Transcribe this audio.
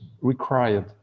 required